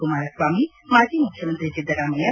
ಕುಮಾರಸ್ವಾಮಿ ಮಾಜಿ ಮುಖ್ಯಮಂತ್ರಿ ಸಿದ್ದರಾಮಯ್ಯ